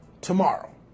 tomorrow